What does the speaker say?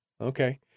okay